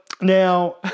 now